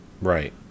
right